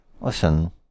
Listen